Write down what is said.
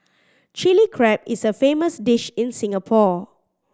Chilli Crab is a famous dish in Singapore